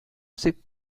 sick